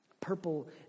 Purple